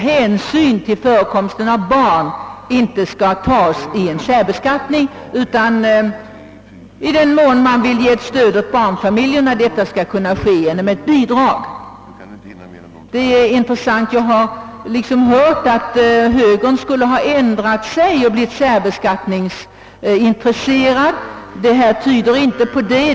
Hänsyn till förekomsten av barn skulle inte tas vid särbeskattning, utan i den mån man vill ge ett stöd åt barnfamiljerna skall detta ske genom bidrag. Detta är intressant. Jag har faktiskt hört att högern skulle ha ändrat sig och blivit särbeskattningsintresserad, men det resonemang jag här redogjort för tyder ju inte på något sådant.